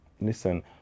listen